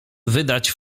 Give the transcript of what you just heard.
wydać